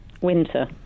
Winter